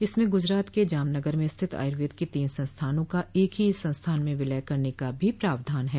इसमें गुजरात के जामगर में स्थित आयुर्वेद के तीन संस्थानों का एक ही संस्थान में विलय करने का भी प्रावधान है